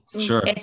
sure